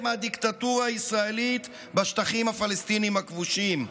מהדיקטטורה הישראלית בשטחים הפלסטיניים הכבושים.